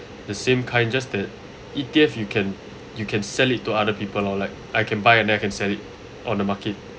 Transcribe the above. the same kind just that E_T_F you can you can sell it to other people orh like I can buy and I can sell it on the market